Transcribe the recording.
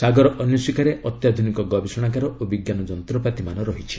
ସାଗର ଅନ୍ୱେଷିକାରେ ଅତ୍ୟାଧୁନିକ ଗବେଷଣାଗାର ଓ ବିଜ୍ଞାନ ଯନ୍ତ୍ରପାତିମାନ ରହିଛି